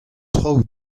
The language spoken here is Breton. traoù